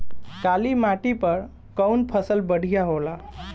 काली माटी पर कउन फसल बढ़िया होला?